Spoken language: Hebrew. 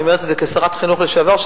אני אומרת את זה כשרת חינוך לשעבר,